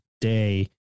day